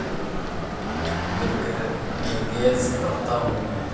درگرے درگزر کرتا ہوں میں